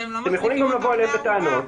אתם יכולים גם לבוא אליהם בטענות,